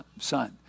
son